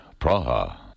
Praha